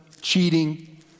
cheating